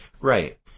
Right